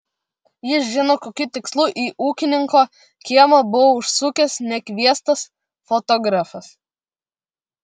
jis žino kokiu tikslu į ūkininko kiemą buvo užsukęs nekviestas fotografas